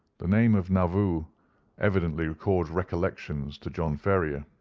the name of nauvoo evidently recalled recollections to john ferrier.